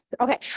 okay